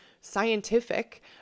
scientific